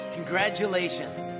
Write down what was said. Congratulations